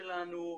הילדים שלנו,